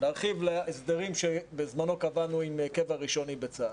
להרחיב להסדרים שבזמנו קבענו עם קבע ראשוני בצה"ל.